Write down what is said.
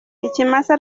ikimasa